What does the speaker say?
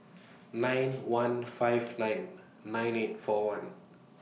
nine one five nine nine eight four one